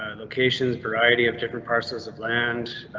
locations, variety of different parcels of land,